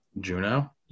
Juno